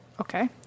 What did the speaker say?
okay